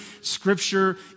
scripture